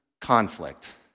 conflict